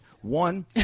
One